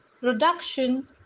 production